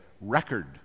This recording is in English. record